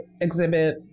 exhibit